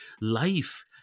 life